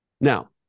Now